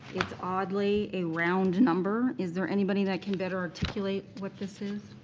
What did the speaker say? oddly a round number. is there anybody that can better articulate what this is?